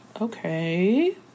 okay